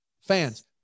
fans